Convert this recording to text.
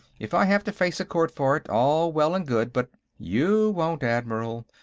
if i have to face a court for it, all well and good, but. you won't, admiral.